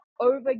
over